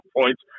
points